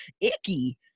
icky